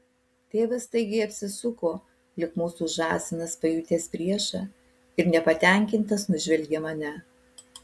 tėvas staigiai apsisuko lyg mūsų žąsinas pajutęs priešą ir nepatenkintas nužvelgė mane